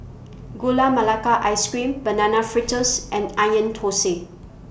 Gula Melaka Ice Cream Banana Fritters and Onion Thosai